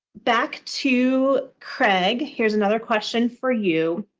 back to craig. here's another question for you.